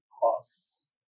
costs